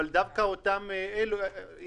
אבל יש הגבלה,